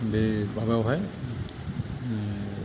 बे माबायावहाय